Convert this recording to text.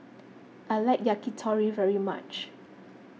I like Yakitori very much